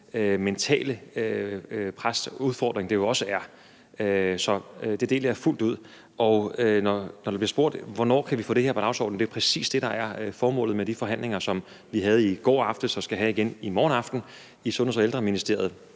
mentale pres og den udfordring, det også er. Så det deler jeg fuldt ud. Når der bliver spurgt om, hvornår vi kan få det her på dagsordenen, vil jeg sige, at det præcis er det, der er formålet med de forhandlinger, som vi havde i går aftes og skal have igen i morgen aften i Sundheds- og Ældreministeriet